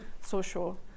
social